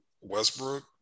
Westbrook